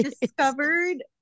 discovered